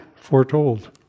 foretold